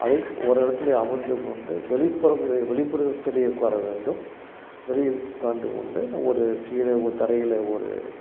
அதை ஒரு இடத்திலே அமர்ந்து கொண்டு வெளிப்புறம் வெளிப்புறத்தில் உட்கார வேண்டும் வெளியே உட்காந்து கொண்டு நான் ஒரு கீழே தரையில் ஒரு